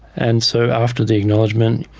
and so after the acknowledgement,